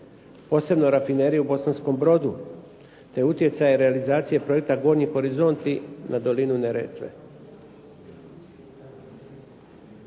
Posebno rafineriju u Bosanskom Brodu, te utjecaja realizacije Projekta Gornji horizonti na dolinu Neretve.